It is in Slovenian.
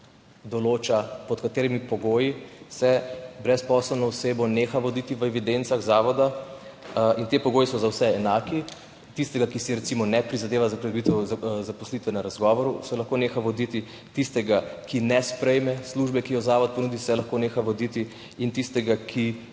določa, pod katerimi pogoji se brezposelno osebo neha voditi v evidencah zavoda, in ti pogoji so za vse enaki. Tistega, ki si recimo ne prizadeva za pridobitev zaposlitve na razgovoru, se lahko neha voditi, tistega, ki ne sprejme službe, ki jo zavod ponudi, se lahko neha voditi in tistega, ki